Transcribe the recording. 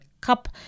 cup